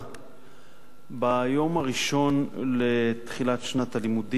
ביום הראשון לתחילת שנת הלימודים,